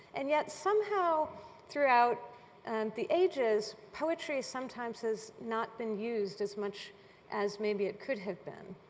and yet somehow throughout and the ages, poetry sometimes has not been used as much as maybe it could have been.